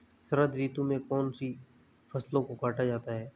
शरद ऋतु में कौन सी फसलों को काटा जाता है?